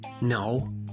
No